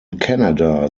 canada